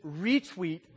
retweet